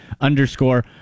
underscore